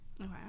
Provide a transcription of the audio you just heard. Okay